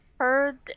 Heard